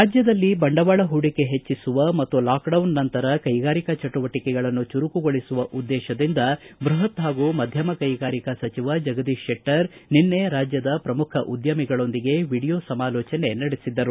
ರಾಜ್ಯದಲ್ಲಿ ಬಂಡವಾಳ ಹೂಡಿಕೆ ಹೆಜ್ಜಿಸುವ ಮತ್ತು ಲಾಕ್ಡೌನ್ ನಂತರ ಕೈಗಾರಿಕಾ ಚಟುವಟಿಕೆಗಳನ್ನು ಚುರುಕುಗೊಳಿಸುವ ಉದ್ದೇಶದಿಂದ ಬೃಹತ್ ಹಾಗೂ ಮಧ್ಯಮ ಕೈಗಾರಿಕಾ ಸಚಿವ ಜಗದೀಶ್ ಶೆಟ್ಟರ್ ನಿನ್ನೆ ರಾಜ್ಯದ ಪ್ರಮುಖ ಉದ್ಯಮಿಗಳೊಂದಿಗೆ ವಿಡಿಯೋ ಸಮಾಲೋಜನೆ ನಡೆಸಿದರು